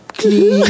clean